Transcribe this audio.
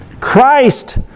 Christ